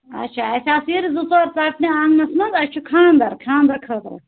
اَچھا اَچھا اَسہِ آسہِ وِرِ زٕ ژور ژَٹنہِ آنٛگنَس منٛز اَسہِ چھُ خانٛدر خانٛدرٕ خٲطرٕ